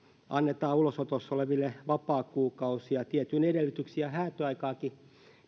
annetaan ulosotossa oleville vapaakuukausia tietyin edellytyksin ja häätöaikaakin